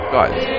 Guys